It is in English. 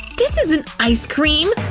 this isn't ice cream.